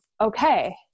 Okay